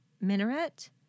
Minaret